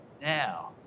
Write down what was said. Now